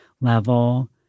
level